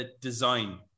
design